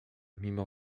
mimo